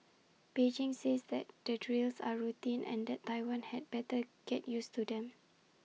Beijing says that the drills are routine and that Taiwan had better get used to them